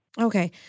Okay